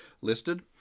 listed